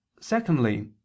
Secondly